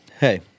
hey